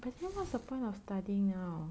but then what's the point of studying now